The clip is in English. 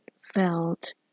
felt